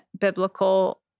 biblical